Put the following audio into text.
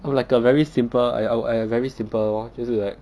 I'm like a very simple I I I very simple lor 就是 like